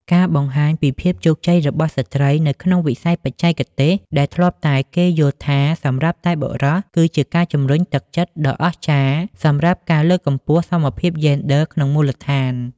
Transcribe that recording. ការបង្ហាញពីភាពជោគជ័យរបស់ស្ត្រីនៅក្នុងវិស័យបច្ចេកទេសដែលធ្លាប់តែគេយល់ថាសម្រាប់តែបុរស គឺជាការជំរុញទឹកចិត្តដ៏អស្ចារ្យសម្រាប់ការលើកកម្ពស់សមភាពយេនឌ័រក្នុងមូលដ្ឋាន។